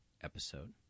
episode